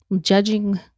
judging